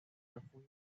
refugio